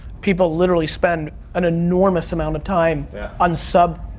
people literally spend an enormous amount of time on sub,